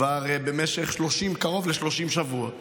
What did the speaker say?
כבר במשך קרוב ל-30 שבועות,